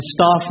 staff